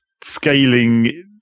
scaling